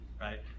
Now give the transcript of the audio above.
right